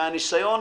מהניסיון,